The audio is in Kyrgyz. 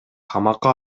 камакка